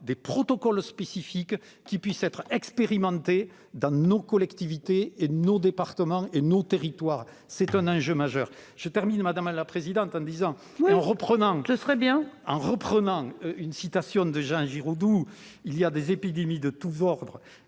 des protocoles spécifiques puissent être expérimentés dans nos collectivités, nos départements et nos territoires. C'est un enjeu majeur. Je terminerai mon propos par une citation de Jean Giraudoux :« Il y a des épidémies de tout ordre ;